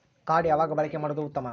Card ಯಾವಾಗ ಬಳಕೆ ಮಾಡುವುದು ಉತ್ತಮ?